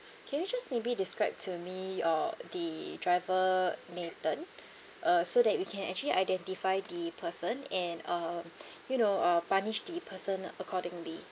can you just maybe describe to me your the driver mayton uh so that we can actually identify the person and uh you know uh punish the person accordingly